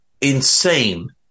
insane